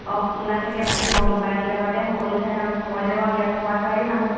অ খোলা থাকে বাকী বন্ধ বাৰকেইটাৰ বাদে সকলো ঠাই সময়তে বাৰু ইয়াত পোৱা যায়েই মানুহ